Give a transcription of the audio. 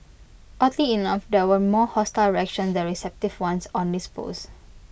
oddly enough there were more hostile reaction than receptive ones on his post